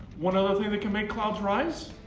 one other thing that can make clouds rise,